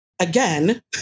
again